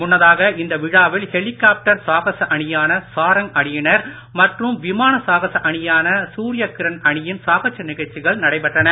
முன்னதாக இந்த விழாவில் ஹெலிகாப்டர் சாகச அணியான சாரங் அணியினர் மற்றும் விமான சாகச அணியான சூரியாகிரண் அணியின் சாகச நிகழ்ச்சிகள் நடைபெற்றன